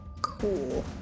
Cool